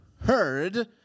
heard